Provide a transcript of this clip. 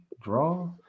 draw